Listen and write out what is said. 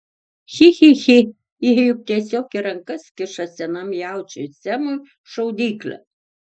chi chi chi jie juk tiesiog į rankas kiša senam jaučiui semui šaudyklę